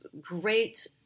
great